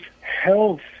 health